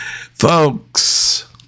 Folks